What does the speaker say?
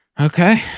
Okay